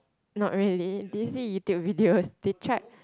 not really did you see YouTube videos they tried